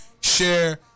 share